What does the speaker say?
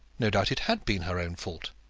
no doubt it had been her own fault.